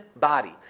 body